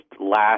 last